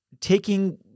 taking